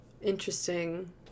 Interesting